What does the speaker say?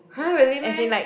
[huh] really meh